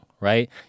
Right